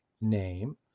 name